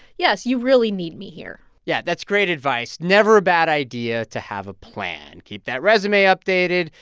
yes, you really need me here yeah, that's great advice. never a bad idea to have a plan. keep that resume updated.